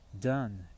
Done